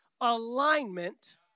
alignment